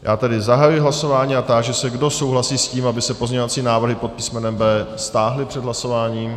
Já tedy zahajuji hlasování a táži se, kdo souhlasí s tím, aby se pozměňovací návrhy pod písmenem B stáhly před hlasováním.